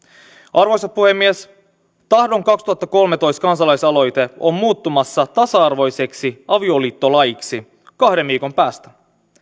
arvoisa puhemies tahdon kaksituhattakolmetoista kansalaisaloite on muuttumassa tasa arvoiseksi avioliittolaiksi kahden viikon päästä